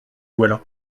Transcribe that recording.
voilà